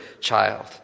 child